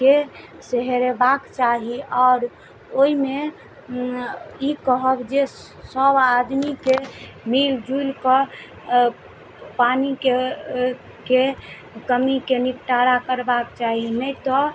के से हेरेबाक चाही आओर ओइमे ई कहब जे सभ आदमीके मिलजुलि कऽ पानिके कमीके निपटारा करबाक चाही नहि तऽ